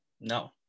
No